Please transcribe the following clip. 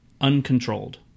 uncontrolled